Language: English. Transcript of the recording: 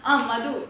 ah madhu